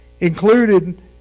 Included